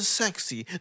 sexy